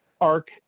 arc